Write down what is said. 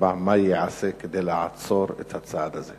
4. מה ייעשה כדי לעצור את הצעד הזה?